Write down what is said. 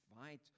fight